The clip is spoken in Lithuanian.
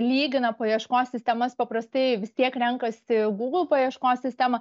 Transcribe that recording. lygina paieškos sistemas paprastai vis tiek renkasi google paieškos sistemą